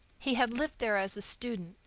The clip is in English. he had lived there as a student,